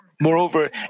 Moreover